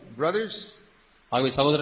brothers